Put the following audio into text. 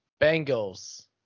Bengals